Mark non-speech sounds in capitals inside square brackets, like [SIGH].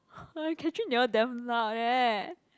[NOISE] Catherine they all damn loud eh